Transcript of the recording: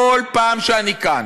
כל פעם שאני כאן,